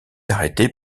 arrêté